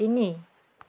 তিনি